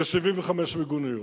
זה 75 מיגוניות,